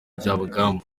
byabagamba